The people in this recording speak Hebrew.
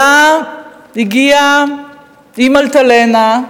עלה, הגיע עם "אלטלנה",